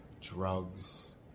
drugs